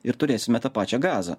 ir turėsime tą pačią gazą